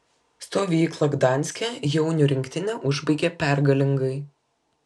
stovyklą gdanske jaunių rinktinė užbaigė pergalingai